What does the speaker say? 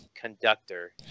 conductor